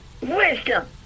Wisdom